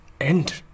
end